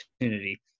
opportunity